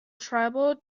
tribal